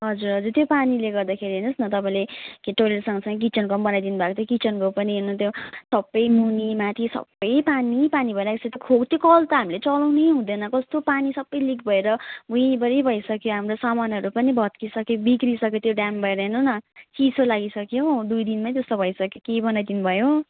हजुर हजुर त्यो पानीले गर्दाखेरि हेर्नु होस् न तपाईँले के टोयलेट सँग सँगै किचनको बनाइदिनु भएको थियो किचनको पनि हेर्नु त्यो सबै मुनि माथि सबै पानी पानी भइरहेको छ त्यो क त्यो कल त हामीले चलाउनै हुँदैन कस्तो पानी सबै लिक भएर भुइँभरि भइसक्यो हाम्रो सामानहरू पनि भत्किसक्यो बिग्रिसक्यो त्यो डैम्प भएर हेर्नु न चिसो लागिसक्यो हो दुई दिनमै त्यस्तो भइसक्यो के बनाइदिनु भयो